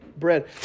bread